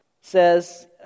says